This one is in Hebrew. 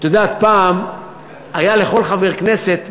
את יודעת, פעם היה לכל חבר כנסת מיקרופון,